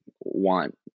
want